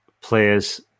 players